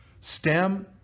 stem